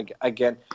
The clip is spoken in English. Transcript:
again